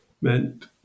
meant